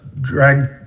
drag